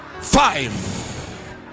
Five